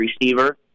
receiver